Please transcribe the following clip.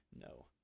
No